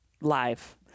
live